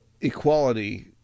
equality